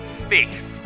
space